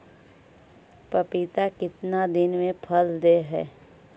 पपीता कितना दिन मे फल दे हय?